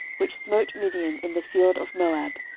which smote midian in the field of moab,